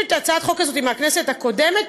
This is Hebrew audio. הצעת החוק הזאת היא מהכנסת הקודמת,